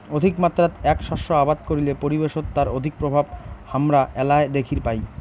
অধিকমাত্রাত এ্যাক শস্য আবাদ করিলে পরিবেশত তার অধিক প্রভাব হামরা এ্যালায় দ্যাখির পাই